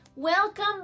Welcome